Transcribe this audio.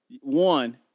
one